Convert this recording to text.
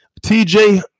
TJ